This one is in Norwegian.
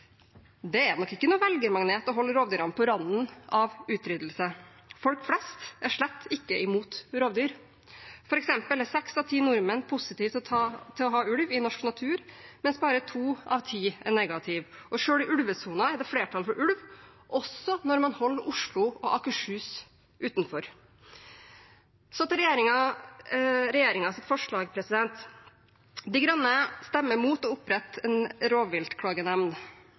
det er nok ikke en velgermagnet å holde rovdyrene på randen av utryddelse. Folk flest er slett ikke imot rovdyr. For eksempel er seks av ti nordmenn positive til å ha ulv i norsk natur, mens bare to av ti er negative. Selv i ulvesonen er det flertall for ulv, også når man holder Oslo og Akershus utenfor. Så til regjeringens forslag: De Grønne stemmer imot å opprette en